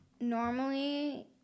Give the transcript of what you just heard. normally